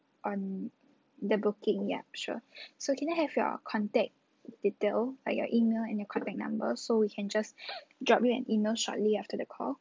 on the booking yup sure so can I have your contact detail like your email and your contact number so we can just drop you an email shortly after the call